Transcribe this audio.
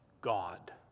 God